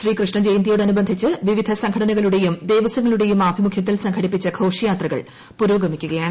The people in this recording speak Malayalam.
ശ്രീകൃഷ്ണ ജയന്തിയോടനുബന്ധിച്ച് വിവിധ സംഘടനകളുടെയും ദേവസ്വങ്ങളുടെയും ആഭിമുഖ്യത്തിൽ സംഘടിപ്പിച്ച് ഘോഷയാത്രകൾ പുരോഗമിക്കുകയാണ്